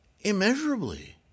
immeasurably